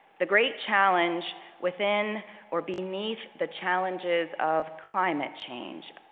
the great challenge within or beneath the challenges of climate change,